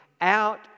out